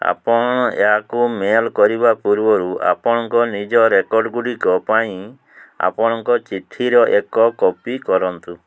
ଆପଣ ଏହାକୁ ମେଲ୍ କରିବା ପୂର୍ବରୁ ଆପଣଙ୍କ ନିଜ ରେକର୍ଡ଼ଗୁଡ଼ିକ ପାଇଁ ଆପଣଙ୍କ ଚିଠିର ଏକ କପି କରନ୍ତୁ